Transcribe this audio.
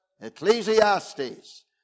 Ecclesiastes